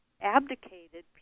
abdicated